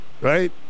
Right